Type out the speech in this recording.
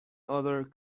other